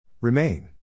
Remain